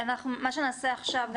מה שנעשה עכשיו,